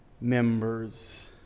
members